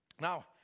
Now